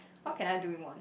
what can I do in one year